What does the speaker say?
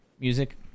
music